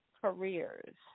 careers